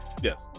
Yes